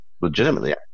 Legitimately